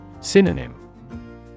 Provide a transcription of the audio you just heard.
Synonym